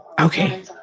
Okay